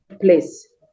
place